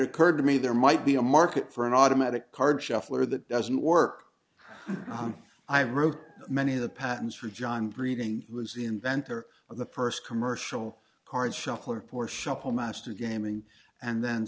occurred to me there might be a market for an automatic card shuffler that doesn't work on i wrote many of the patents for john breeding was the inventor of the purse commercial card shuffler for shuffle master gaming and then